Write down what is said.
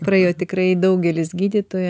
praėjo tikrai daugelis gydytojo